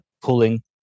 pulling